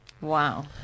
Wow